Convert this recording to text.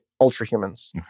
Ultra-Humans